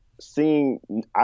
seeing